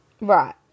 Right